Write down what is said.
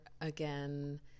again